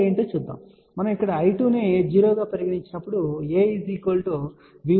మనము ఇక్కడ I2 0 గా పరిగణించినప్పుడు a V1 V2 గా వస్తుంది